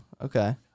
Okay